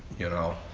you know,